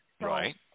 Right